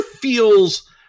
feels